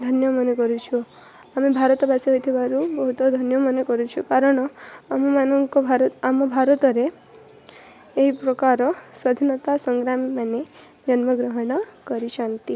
ଧନ୍ୟ ମନେ କରୁଛୁ ଆମେ ଭାରତବାସୀ ହୋଇଥିବାରୁ ବହୁତ ଧନ୍ୟ ମନେ କରୁଛୁ କାରଣ ଆମ ମାନଙ୍କ ଆମ ଭାରତରେ ଏହିପ୍ରକାର ସ୍ୱାଧୀନତା ସଂଗ୍ରାମୀମାନେ ଜନ୍ମଗ୍ରହଣ କରିଛନ୍ତି